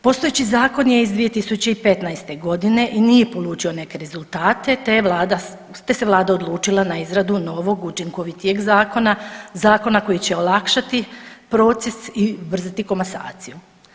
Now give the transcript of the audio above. Postojeći zakon je iz 2015. godine i nije polučio neke rezultate te je vlada, te se vlada odlučila na izradu novog učinkovitijeg zakona, zakona koji će olakšati proces i ubrzati komasaciju.